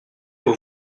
aux